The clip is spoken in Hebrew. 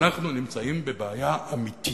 אנחנו נמצאים בבעיה אמיתית.